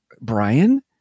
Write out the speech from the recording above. Brian